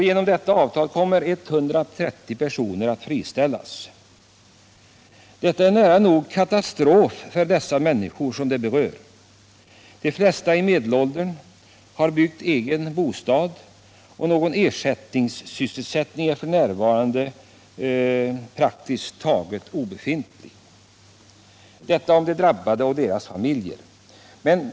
Genom detta avtal kommer 130 personer att friställas. Detta är nära nog katastrof för de människor som berörs. De flesta är medelålders och har byggt egen bostad. Ersättningssysselsättning är f. n. praktiskt taget obefintlig. Detta om de drabbade och deras familjer.